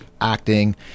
acting